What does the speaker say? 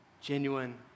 genuine